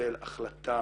קיבל החלטה